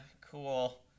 cool